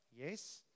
yes